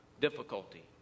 difficulty